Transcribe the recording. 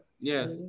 Yes